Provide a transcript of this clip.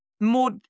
more